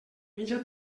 mitja